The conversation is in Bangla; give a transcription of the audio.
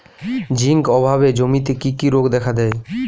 জিঙ্ক অভাবে জমিতে কি কি রোগ দেখাদেয়?